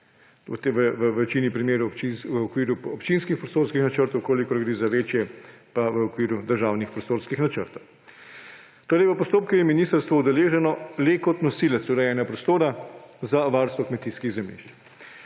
v večini primerov v okviru občinskih prostorih načrtov, če gre za večje, pa v okviru državnih prostorskih načrtov. V postopku je torej ministrstvo udeleženo le kot nosilec urejanja prostora za varstvo kmetijskih zemljišč.